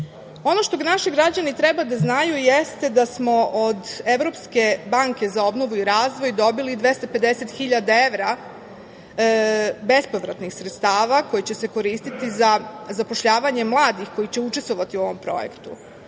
što naši građani treba da znaju jeste da smo od Evropske banke za obnovu i razvoj dobili 250 hiljada evra bespovratnih sredstava koji će se koristiti za zapošljavanje mladih koji će učestvovati u ovom projektu. Takođe,